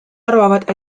arvavad